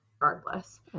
regardless